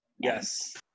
Yes